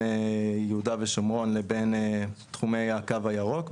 יהודה ושומרון לבין תחומי הקו הירוק.